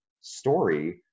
story